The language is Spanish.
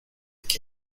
qué